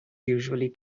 usually